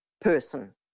person